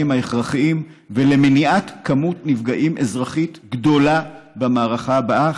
ההכרחיים ולמניעת כמות נפגעים אזרחית גדולה במערכה הבאה,